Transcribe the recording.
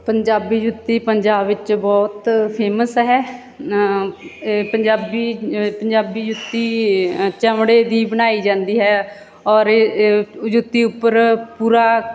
ਪੰਜਾਬੀ ਜੁੱਤੀ ਪੰਜਾਬ ਵਿੱਚ ਬਹੁਤ ਫੇਮਸ ਹੈ ਇ ਪੰਜਾਬੀ ਅ ਪੰਜਾਬੀ ਜੁੱਤੀ ਅ ਚਮੜੇ ਦੀ ਬਣਾਈ ਜਾਂਦੀ ਹੈ ਔਰ ਇਹ ਅ ਜੁੱਤੀ ਉੱਪਰ ਪੂਰਾ